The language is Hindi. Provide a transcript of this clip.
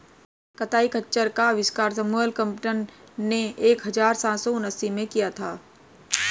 कताई खच्चर का आविष्कार सैमुअल क्रॉम्पटन ने एक हज़ार सात सौ उनासी में किया था